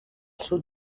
sud